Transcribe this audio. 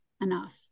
enough